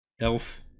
elf